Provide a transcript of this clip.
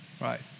Right